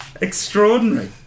extraordinary